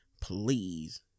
please